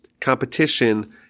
competition